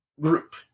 group